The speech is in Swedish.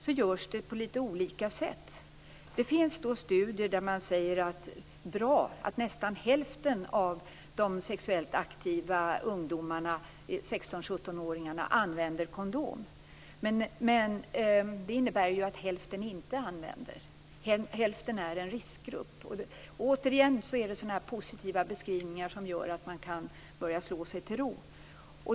Det görs på litet olika sätt. Det finns studier där man säger att det är bra att nästan hälften av de sexuellt aktiva ungdomarna - 16 och 17-åringarna - använder kondom. Men det innebär ju att hälften inte använder. Hälften är en riskgrupp. Återigen är det sådana positiva beskrivningar som göra att man kan börja slå sig till ro.